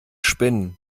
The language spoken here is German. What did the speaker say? spinnen